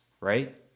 right